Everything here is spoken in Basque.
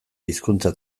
hizkuntza